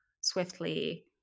swiftly